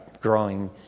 growing